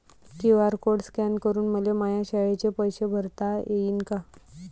QR code scan करून मले माया शाळेचे पैसे भरता येईन का?